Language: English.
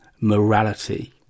morality